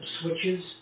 switches